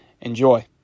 Enjoy